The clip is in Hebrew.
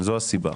זו הסיבה.